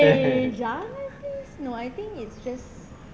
tak tahu malu